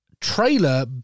trailer